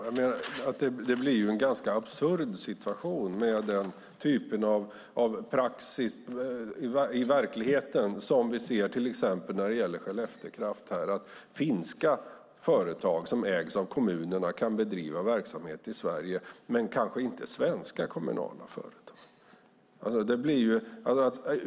Herr talman! Det blir en ganska absurd situation i verkligheten med den typen av praxis. Vi ser det till exempel när det gäller Skellefteå kraft. Finska företag som ägs av kommunerna kan bedriva verksamhet i Sverige, men kanske inte svenska kommunala företag.